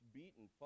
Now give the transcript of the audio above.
beaten